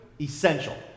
essential